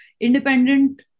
independent